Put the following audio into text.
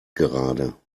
gerade